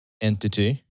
entity